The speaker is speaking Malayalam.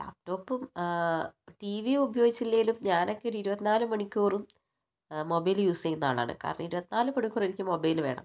ലാപ്ടോപ്പും ടിവിയും ഉപയോഗിച്ചില്ലേലും ഞാനൊക്കെ ഒരു ഇരുപത്തിനാല് മണിക്കൂറും മൊബൈല് യൂസ് ചെയ്യുന്ന ആളാണ് കാരണം ഇരുപത്തി നാല് മണിക്കൂറും എനിക്ക് മൊബൈല് വേണം